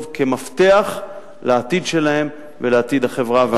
כמפתח לעתיד שלהם ולעתיד החברה והמדינה.